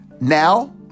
now